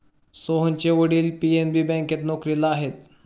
सोहनचे वडील पी.एन.बी बँकेत नोकरीला आहेत